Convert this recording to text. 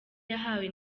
yahawe